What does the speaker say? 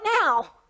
now